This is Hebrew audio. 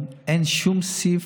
לא, הוא לא היה טיפש.